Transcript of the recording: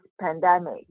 pandemic